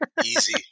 Easy